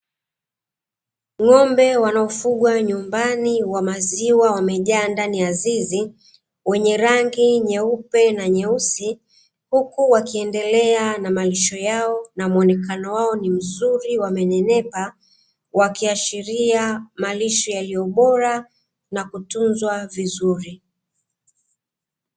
Ng'ombe wanaofugwa nyumbani wa maziwa, wamejaa ndani ya zizi wenye rangi nyeupe na nyeusi, huku wakiendelea na malisho yao na muonekano wao ni mzuri, wamenenepa, wakiashiria malisho yaliyo bora na kutunzwa vizuri.